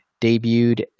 debuted